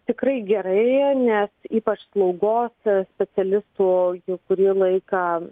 tikrai gerai nes į paslaugos specialistų kurį laiką